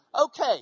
Okay